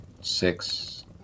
six